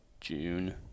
June